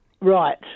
Right